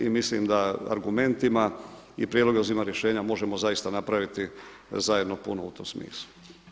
I mislim da argumentima i prijedlozima rješenja možemo zaista napraviti zajedno puno u tom smislu.